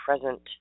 present